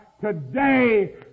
today